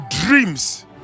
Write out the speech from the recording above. dreams